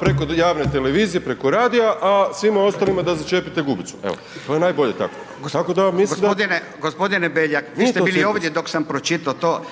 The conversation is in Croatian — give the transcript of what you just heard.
preko javne televizije, preko radija, a svima ostalima da začepite gubicu, evo, to je najbolje tako. Tako da mislim. **Radin, Furio